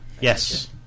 Yes